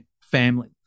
family